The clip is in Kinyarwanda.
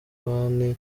nibwo